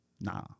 Nah